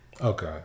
Okay